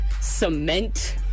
cement